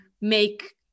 make